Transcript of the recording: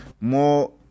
more